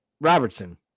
Robertson